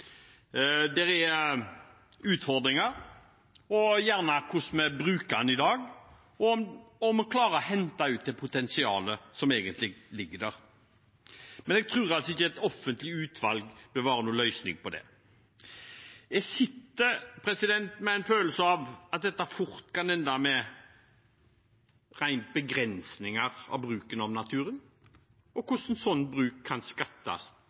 der. Men jeg tror ikke et offentlig utvalg vil være en løsning på dette. Jeg sitter med en følelse av at dette fort kan ende med en ren begrensning av bruken av naturen og hvordan slik bruk kan